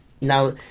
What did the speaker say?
now